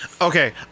Okay